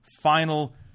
final